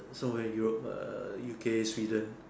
so many in Europe uh U_K Sweden